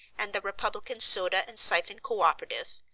and the republican soda and siphon co-operative,